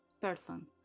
person